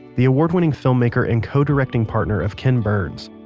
the award-winning filmmaker and co-directing partner of ken burns.